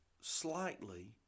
slightly